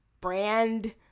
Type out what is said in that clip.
brand